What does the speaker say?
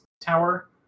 tower